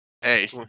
Hey